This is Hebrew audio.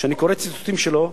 כשאני קורא ציטוטים שלו,